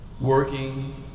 working